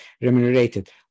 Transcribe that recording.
remunerated